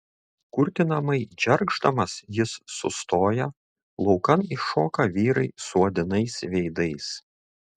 kurtinamai džergždamas jis sustoja laukan iššoka vyrai suodinais veidais